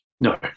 No